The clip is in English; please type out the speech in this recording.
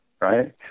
right